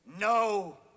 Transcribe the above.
No